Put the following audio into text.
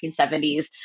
1970s